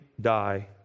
die